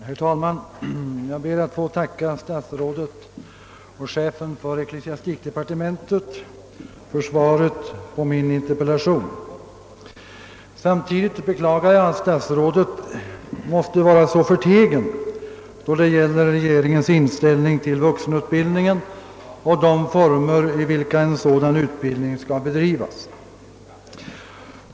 Herr talman! Jag ber att få tacka herr statsrådet och chefen för ecklesiastikdepartementet för svaret på min interpellation. Samtidigt beklagar jag att statsrådet måste vara så förtegen om regeringens inställning till vuxenutbildningen och de former i vilka en sådan skall bedrivas.